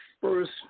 first